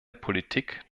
politik